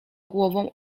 głową